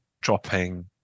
dropping